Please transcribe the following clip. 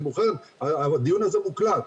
הדיון הזה מוקלט,